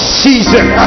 season